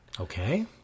Okay